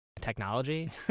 technology